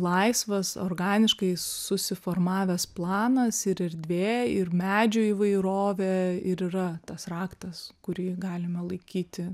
laisvas organiškai susiformavęs planas ir erdvė ir medžių įvairovė ir yra tas raktas kurį galime laikyti